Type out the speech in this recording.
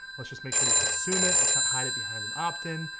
let's just make sure they consume it. let's not hide it behind an opt in.